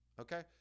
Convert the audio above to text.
okay